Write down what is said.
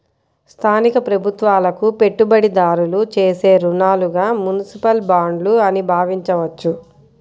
స్థానిక ప్రభుత్వాలకు పెట్టుబడిదారులు చేసే రుణాలుగా మునిసిపల్ బాండ్లు అని భావించవచ్చు